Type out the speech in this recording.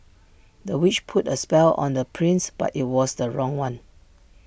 the witch put A spell on the prince but IT was the wrong one